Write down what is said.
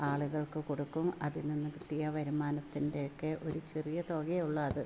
ആളുകൾക്ക് കൊടുക്കും അതിൽ നിന്നും കിട്ടിയ വരുമാനത്തിൻ്റെയൊക്കെ ഒരു ചെറിയ തുകയെ ഉള്ളു അത്